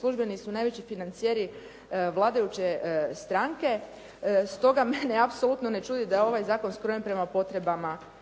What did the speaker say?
službeni su najveći financijeri vladajuće stranke, stoga mene apsolutno ne čudi da je ovaj zakon skrojen prema potrebama